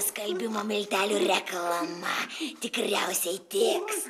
skalbimo miltelių reklama tikriausiai tiks